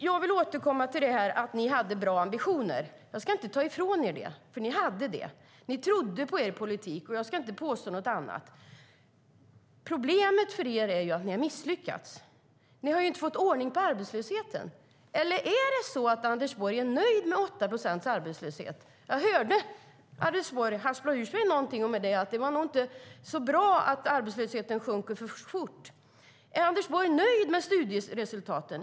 Jag vill återkomma till detta med att ni hade goda ambitioner. Jag ska inte ta ifrån er det. Ni trodde på er politik; jag ska inte påstå något annat. Problemet för er är ju att ni har misslyckats. Ni har inte fått ordning på arbetslösheten. Eller är Anders Borg nöjd med 8 procents arbetslöshet? Jag hörde Anders Borg haspla ur sig någonting om att det inte var så bra att arbetslösheten sjunker för fort. Är Anders Borg nöjd med studieresultaten?